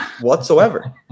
whatsoever